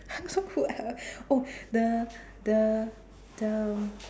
oh the the the